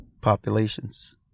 populations